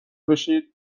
بشید